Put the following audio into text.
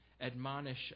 admonish